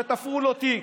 שתפרו לו תיק.